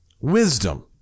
wisdom